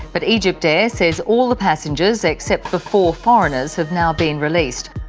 but egyptair says all the passengers except for four foreigners have now been released.